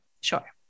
Sure